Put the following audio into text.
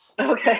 Okay